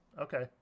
okay